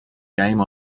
game